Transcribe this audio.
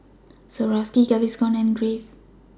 Swarovski Gaviscon and Crave